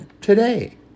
today